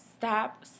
Stop